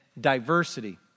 diversity